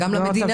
גם למדינה.